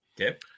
Okay